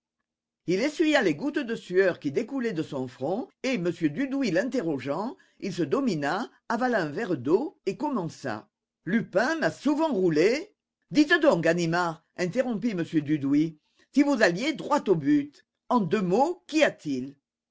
il essuya les gouttes de sueur qui découlaient de son front et m dudouis l'interrogeant il se domina avala un verre d'eau et commença lupin m'a souvent roulé dites donc ganimard interrompit m dudouis si vous alliez droit au but en deux mots qu'y a-t-il